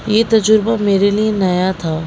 یہ تجربہ میرے لیے نیا تھا